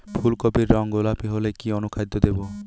ফুল কপির রং গোলাপী হলে কি অনুখাদ্য দেবো?